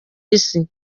isi